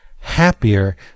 happier